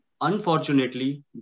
unfortunately